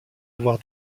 avoir